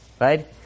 right